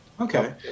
Okay